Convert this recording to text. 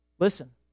Listen